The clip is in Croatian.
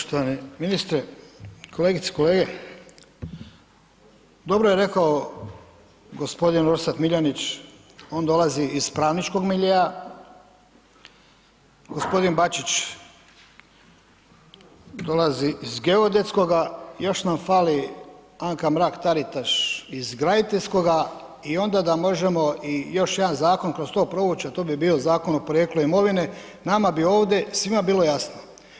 Poštovani ministre, kolegice i kolege, dobro je rekao gospodin Orsat Miljenić on dolazi iz pravničkog miljea, gospodin Bačić dolazi iz geodetskoga još nam fali Anka Mrak Taritaš iz graditeljskoga i onda da možemo i još jedan zakon kroz to provući, a to bi bio Zakon o porijeklu imovine, nama bi ovde svima bilo jasno.